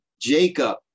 Jacob